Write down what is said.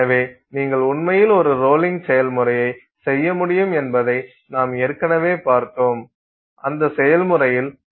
எனவே நீங்கள் உண்மையில் ஒரு ரோலிங் செயல்முறையை செய்ய முடியும் என்பதை நாம் ஏற்கனவே பார்த்தோம் அந்த செயல்முறையில் சில மாதிரியின் கிரைன் அளவைக் குறைக்கலாம்